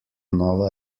nova